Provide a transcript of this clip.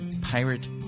pirate